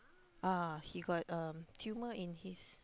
uh he got um tumor in his